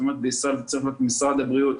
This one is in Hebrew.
בישראל זה צריך להיות משרד הבריאות,